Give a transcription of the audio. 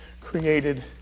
created